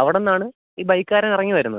അവിടുന്ന് ആണ് ഈ ബൈക്കുകാരൻ ഇറങ്ങി വരുന്നത്